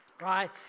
Right